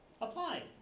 apply